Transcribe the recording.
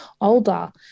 older